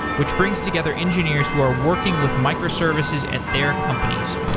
which brings together engineers who are working with microservices at their companies.